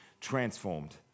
transformed